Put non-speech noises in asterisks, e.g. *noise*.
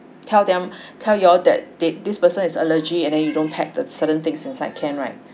tell them *breath* tell you all that thi~ this person is allergy and then you don't pack the certain things inside can right